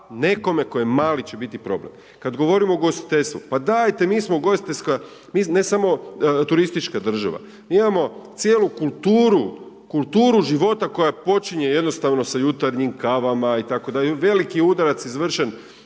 nekome tko je mali će biti problem. Kada govorimo o ugostiteljstvu, pa dajte, mi smo ugostiteljska, ne samo turistička država, mi imamo cijelu kulturu života koja počinje jednostavno sa jutarnjim kavama itd.. Veliki je udarac izvršen